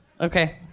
Okay